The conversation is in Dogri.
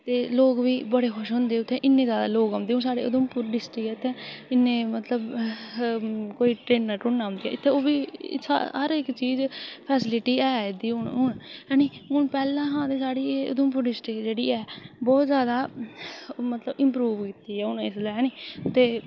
ते लोक बी बड़े खुश होंदे उत्थें इ'न्ने जादै लोक औंदे ओह् साढ़े उधमपुर डिस्ट्रिक्ट ऐ उत्थें इ'न्ने मतलब कोई ट्रेनां औंदियां इत्थें ओह्बी इत्थें हर इक्क चीज़ फैसीलिटी ऐ इत्थें हू'न इत्थें हू'न ऐ नी हू'न पैह्लें शा साढ़ी एह् उधमपुर डिस्ट्रिक्ट जेह्ड़ी ऐ बहुत जादा मतलब इंप्रूव होई दी हू'न इसलै ऐ नी ते